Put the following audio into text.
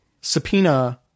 subpoena